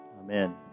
Amen